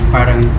Parang